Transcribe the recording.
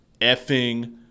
effing